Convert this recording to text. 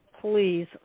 please